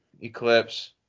Eclipse